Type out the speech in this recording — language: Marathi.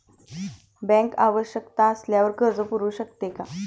बँक आवश्यकता असल्यावर कर्ज पुरवू शकते का?